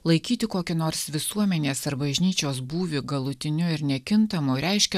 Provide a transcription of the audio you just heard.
laikyti kokį nors visuomenės ar bažnyčios būvį galutiniu ir nekintamu reiškia